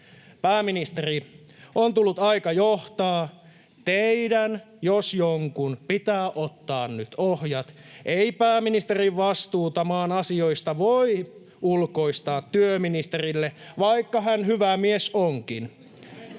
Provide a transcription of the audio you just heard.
Pääministeri, on tullut aika johtaa. Teidän, jos jonkun, pitää ottaa nyt ohjat. Ei pääministerin vastuuta maan asioista voi ulkoistaa työministerille, vaikka hän hyvä mies onkin.